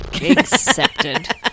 Accepted